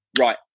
right